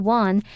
one